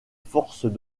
forces